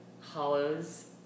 hollows